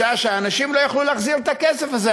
משעה שהאנשים לא יוכלו להחזיר את הכסף הזה,